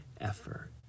effort